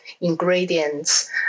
ingredients